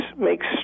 makes